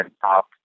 top